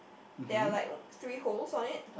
there are like um three holes on it